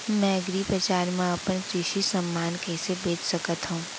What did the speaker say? मैं एग्रीबजार मा अपन कृषि समान कइसे बेच सकत हव?